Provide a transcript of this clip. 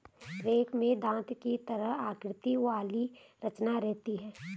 rake में दाँत की तरह आकृति वाली रचना रहती है